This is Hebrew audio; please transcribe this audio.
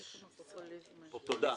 תודה.